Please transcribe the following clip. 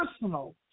personal